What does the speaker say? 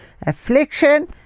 Affliction